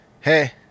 Hey